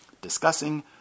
discussing